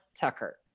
tucker